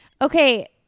Okay